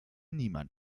niemand